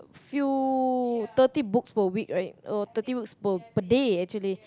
few thirty books per week right thirty books per day actually